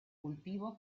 cultivo